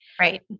Right